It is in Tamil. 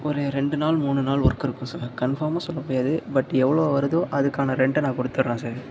ஒரு ரெண்டு நாள் மூணு நாள் ஒர்க் இருக்கும் சார் கன்ஃபார்மாக சொல்ல முடியாது பட் எவ்வளோ வருதோ அதுக்கான ரெண்ட்டை கொடுத்துட்றேன் சார்